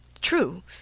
True